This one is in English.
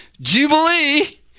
Jubilee